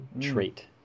trait